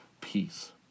peace